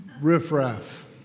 riffraff